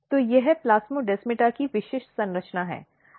तो यह प्लाज़्मास्मेटा की विशिष्ट संरचना है